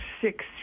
six